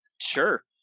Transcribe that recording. Sure